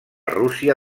rússia